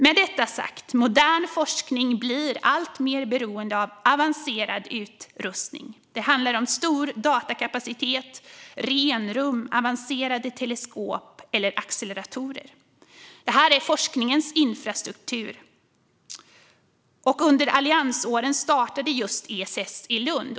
Med detta sagt: Modern forskning blir alltmer beroende av avancerad utrustning. Det handlar om stor datakapacitet, renrum, avancerade teleskop eller acceleratorer. Detta är forskningens infrastruktur. Under alliansåren startade just ESS i Lund.